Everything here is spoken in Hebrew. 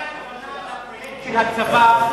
של הצבא,